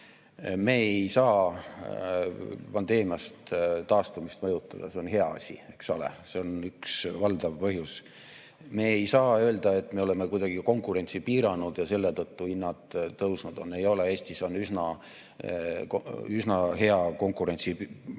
Me ei saa pandeemiast taastumist [rohkem] mõjutada. See on hea asi, eks ole, see on üks valdav põhjus. Me ei saa öelda, et me oleme kuidagi konkurentsi piiranud ja selle tõttu hinnad tõusnud on. Ei ole! Eestis on üsna hea konkurentsipoliitika,